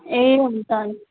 ए हुन्छ